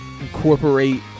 incorporate